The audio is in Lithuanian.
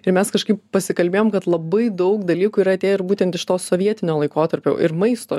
ir mes kažkaip pasikalbėjom kad labai daug dalykų yra atėję ir būtent iš to sovietinio laikotarpio ir maisto